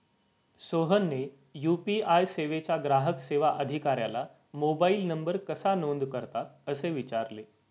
सोहनने यू.पी.आय सेवेच्या ग्राहक सेवा अधिकाऱ्याला मोबाइल नंबर कसा नोंद करतात असे विचारले